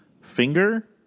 finger